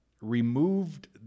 removed